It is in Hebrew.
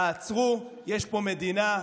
תעצרו, יש פה מדינה.